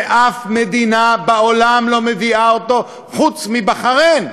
שאף מדינה בעולם לא מביאה אותו חוץ מבחריין.